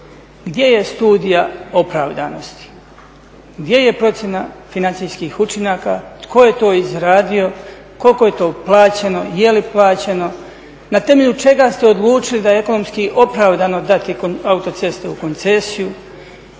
Gdje je studija opravdanosti? Gdje je procjena financijskih učinaka? Tko je to izradio? Koliko je to plaćeno? Je li plaćeno? Na temelju čega ste odlučili da je ekonomski opravdano dati autoceste u koncesiju?